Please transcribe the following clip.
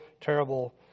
terrible